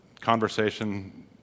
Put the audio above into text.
conversation